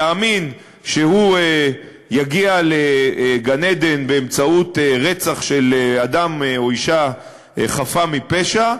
יאמין שהוא יגיע לגן-עדן באמצעות רצח של אדם או אישה חפה מפשע,